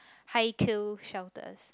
high kill shelters